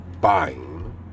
buying